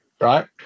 right